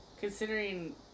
Considering